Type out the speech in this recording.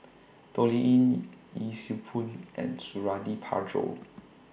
Toh Liying Yee Siew Pun and Suradi Parjo